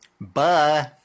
Bye